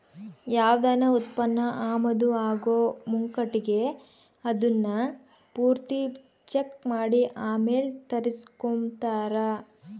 ಯಾವ್ದನ ಉತ್ಪನ್ನ ಆಮದು ಆಗೋ ಮುಂಕಟಿಗೆ ಅದುನ್ನ ಪೂರ್ತಿ ಚೆಕ್ ಮಾಡಿ ಆಮೇಲ್ ತರಿಸ್ಕೆಂಬ್ತಾರ